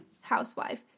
housewife